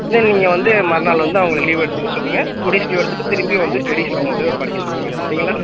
இல்லை நீங்கள் வந்து மறுநாள் வந்து அவங்ள லீவ் எடுத்துக்க சொல்லுங்கள் டூ டேஸ் லீவ் எடுத்துகிட்டு திரும்பி வந்து ஸ்டடீஸில் வந்து படிக்க சொல்லுங்கள் சரிங்களா